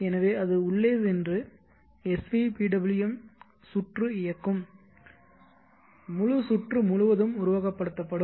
எனவே அது உள்ளே சென்று svpwm சுற்று இயக்கும் முழு சுற்று முழுவதும் உருவகப்படுத்தப்படும்